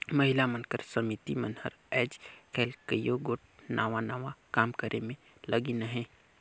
महिला मन कर समिति मन हर आएज काएल कइयो गोट नावा नावा काम करे में लगिन अहें